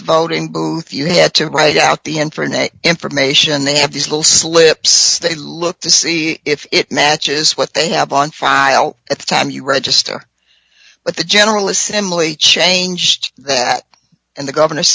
the voting booth you had to write out the end for the information they have these little slips they look to see if it matches what they have on file at the time you register but the general assembly changed that and the governor